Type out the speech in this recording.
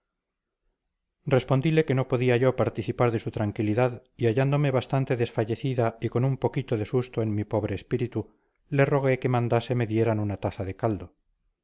respondile que no podía yo participar de su tranquilidad y hallándome bastante desfallecida y con un poquito de susto en mi pobre espíritu le rogué que mandase me dieran una taza de caldo